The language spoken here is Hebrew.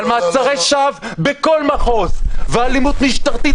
-- על מעצרי שווא בכל מחוז ואלימות משטרתית